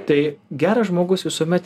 tai geras žmogus visuomet